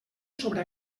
sobre